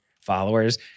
followers